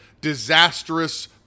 disastrous